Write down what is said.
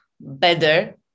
better